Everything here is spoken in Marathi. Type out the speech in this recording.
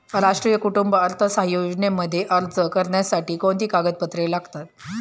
राष्ट्रीय कुटुंब अर्थसहाय्य योजनेमध्ये अर्ज करण्यासाठी कोणती कागदपत्रे लागतात?